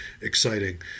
exciting